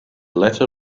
letter